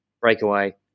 Breakaway